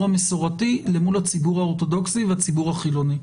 המסורתי למול הציבור האורתודוכסי והציבור החילוני.